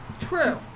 True